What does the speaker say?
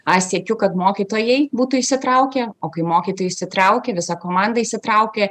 aš siekiu kad mokytojai būtų įsitraukę o kai mokytojai įsitraukia visa komanda įsitraukia